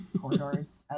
corridors